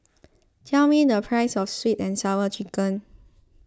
tell me the price of Sweet and Sour Chicken